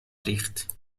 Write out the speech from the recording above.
ریخت